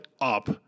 up